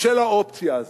של האופציה הזאת,